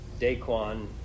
Daquan